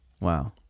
Wow